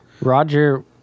Roger